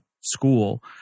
school